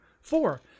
Four